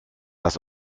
das